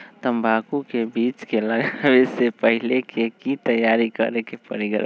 तंबाकू के बीज के लगाबे से पहिले के की तैयारी करे के परी?